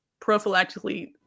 prophylactically